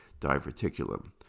diverticulum